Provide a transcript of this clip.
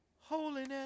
holiness